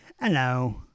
Hello